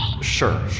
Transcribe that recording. Sure